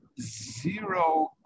zero